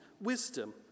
wisdom